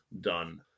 done